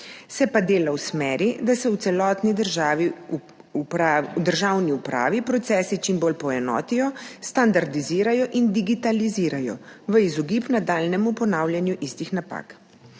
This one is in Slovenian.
se pa dela v smeri, da se v celotni državni upravi procesi čim bolj poenotijo, standardizirajo in digitalizirajo v izogib nadaljnjemu ponavljanju istih napak.